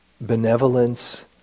benevolence